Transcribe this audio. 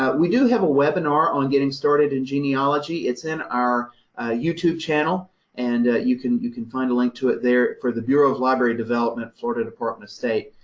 but we do have a webinar on getting started in genealogy. it's in our youtube channel and you can you can find a link to it there, for the bureau of library development, florida department of state.